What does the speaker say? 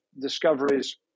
discoveries